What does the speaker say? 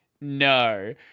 No